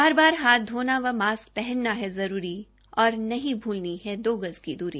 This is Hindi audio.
बार बार हाथ धोना व मास्क पहनना है जरूरी और नहीं भूलनी है दो गज की दूरी